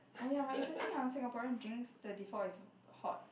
oh ya but interesting ah Singaporean drinks thirty four is hot